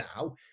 now